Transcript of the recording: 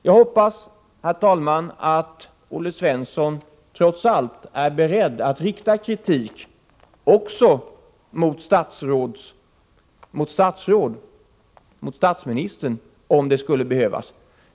Jag hoppas, herr talman, att Olle Svensson trots allt är beredd att rikta kritik också mot statsministern om det skulle behövas.